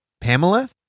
Pamela